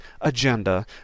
agenda